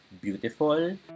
Beautiful